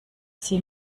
sie